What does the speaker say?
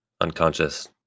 unconscious